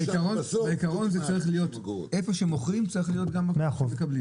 בעיקרון במקום שמוכרים שם מקבלים.